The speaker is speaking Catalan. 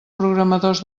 programadors